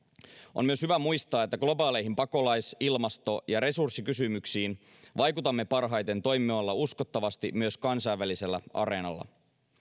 on myös hyvä muistaa että globaaleihin pakolais ilmasto ja resurssikysymyksiin vaikutamme parhaiten toimimalla uskottavasti myös kansainvälisellä areenalla